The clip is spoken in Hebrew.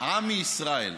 עמי ישראל.